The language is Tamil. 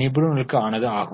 நிபுணர்களுக்கானது ஆகும்